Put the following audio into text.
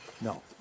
no